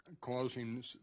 causing